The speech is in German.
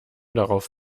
darauf